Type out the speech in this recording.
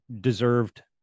deserved